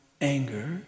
anger